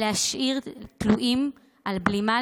להשאיר תלויה על בלימה,